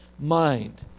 mind